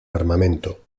armamento